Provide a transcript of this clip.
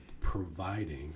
providing